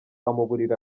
amuburira